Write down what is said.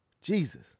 Jesus